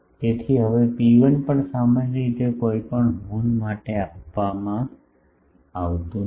તેથી હવે ρ1 પણ સામાન્ય રીતે કોઈપણ હોર્ન માટે આપવામાં આવતું નથી